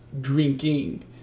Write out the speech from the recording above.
drinking